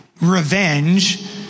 revenge